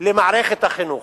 למערכת החינוך.